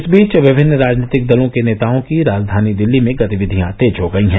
इस बीच विभिन्न राजनीतिक दलों के नेताओं की राजधानी दिल्ली में गतिविधियां तेज हो गई हैं